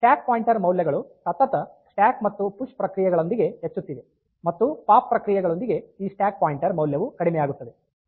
stack pointer ಮೌಲ್ಯಗಳು ಸತತ stack ಮತ್ತು ಪುಶ್ ಪ್ರಕ್ರಿಯೆಗಳೊಂದಿದೆ ಹೆಚ್ಚುತ್ತಿವೆ ಮತ್ತು ಪಾಪ್ ಪ್ರಕ್ರಿಯೆಯೊಂದಿಗೆ ಈ ಸ್ಟ್ಯಾಕ್ ಪಾಯಿಂಟರ್ ಮೌಲ್ಯವು ಕಡಿಮೆಯಾಗುತ್ತದೆ